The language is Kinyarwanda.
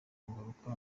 kugaruka